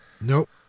Nope